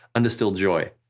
undistilled joy.